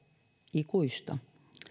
ikuista